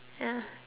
ya